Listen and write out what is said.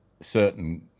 certain